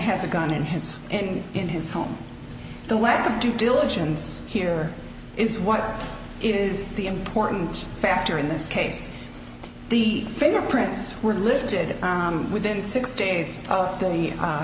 has a gun in his and in his home the lack of due diligence here is what is the important factor in this case the fingerprints were lifted within six